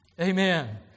Amen